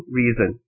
reason